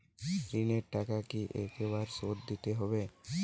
ঋণের টাকা কি একবার শোধ দিতে হবে?